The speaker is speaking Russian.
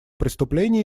преступление